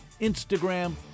Instagram